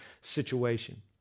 situation